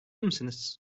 misiniz